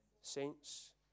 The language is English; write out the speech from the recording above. saints